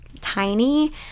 tiny